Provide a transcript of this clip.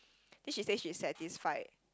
then she said she is satisfied